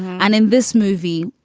and in this movie,